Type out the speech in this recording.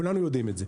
כולנו יודעים את זה.